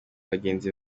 bagenzi